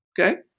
Okay